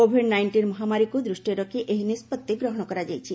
Covid nineteen ମହାମାରୀକୁ ଦୃଷ୍ଟିରେ ରଖି ଏହି ନିଷ୍ପଭି ଗ୍ରହଣ କରାଯାଇଛି